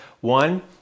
One